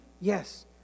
Yes